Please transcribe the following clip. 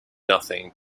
nothing